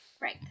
Right